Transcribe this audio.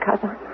cousin